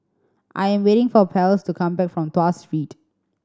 I am waiting for Ples to come back from Tuas Street